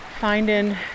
finding